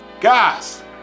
Guys